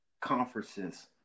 conferences